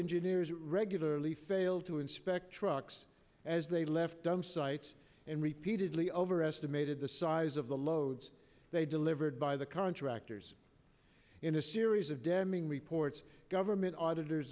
engineers regularly failed to inspect trucks as they left dump sites and repeatedly over estimated the size of the loads they delivered by the contractors in a series of damning reports government auditors